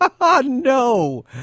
No